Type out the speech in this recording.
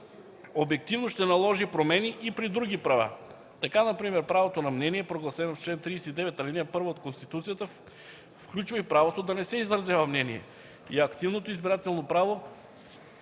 обективно ще наложи промени и при други права. Така например правото на мнение, прогласено в чл. 39, ал. 1 от Конституцията, включва и правото да не се изразява мнение и ако активното избирателно право